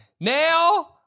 Now